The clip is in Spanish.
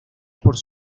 por